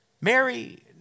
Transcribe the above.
Mary